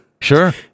Sure